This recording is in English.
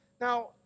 Now